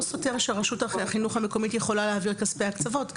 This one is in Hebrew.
סותר את כך שרשות החינוך המקומית יכולה להעביר גם את כספי הקצבות,